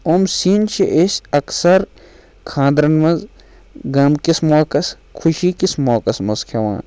أمۍ سِنۍ چھِ أسۍ اَکثر خانٛدرَن منٛز غم کِس موقعَس خوشی کِس موقَس منٛز کھٮٚوان